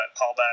callback